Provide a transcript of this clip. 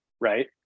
right